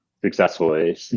successfully